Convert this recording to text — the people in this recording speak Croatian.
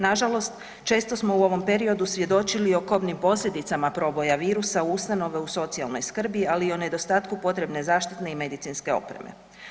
Nažalost često smo u ovom periodu svjedočili o kobnim posljedicama proboja virusa u ustanove u socijalnoj skrbi, ali i o nedostatku potrebne zaštitne i medicinske opreme.